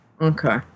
Okay